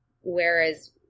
whereas